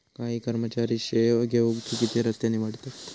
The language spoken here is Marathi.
काही कर्मचारी श्रेय घेउक चुकिचे रस्ते निवडतत